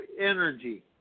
energy